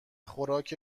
خوراک